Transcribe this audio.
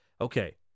Okay